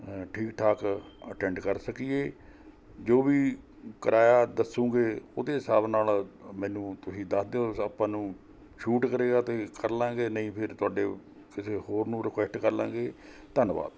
ਠੀਕ ਠਾਕ ਅਟੈਂਡ ਕਰ ਸਕੀਏ ਜੋ ਵੀ ਕਰਾਇਆ ਦੱਸੂਗੇ ਉਹਦੇ ਹਿਸਾਬ ਨਾਲ਼ ਮੈਨੂੰ ਤੁਸੀਂ ਦੱਸ ਦਿਓ ਆਪਾਂ ਨੂੰ ਸ਼ੂਟ ਕਰੇਗਾ ਤਾਂ ਕਰ ਲਵਾਂਗੇ ਨਹੀਂ ਫਿਰ ਤੁਹਾਡੇ ਕਿਸੇ ਹੋਰ ਨੂੰ ਰਿਕੁਐਸਟ ਕਰ ਲਵਾਂਗੇ ਧੰਨਵਾਦ